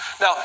Now